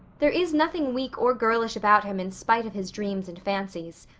there is nothing weak or girlish about him in spite of his dreams and fancies.